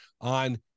on